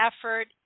effort